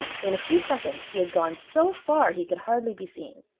in a few seconds he had gone so far he could hardly be seen.